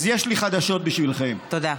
אז יש לי חדשות בשבילכם, תודה.